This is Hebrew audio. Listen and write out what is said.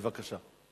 בבקשה.